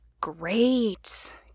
Great